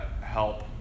help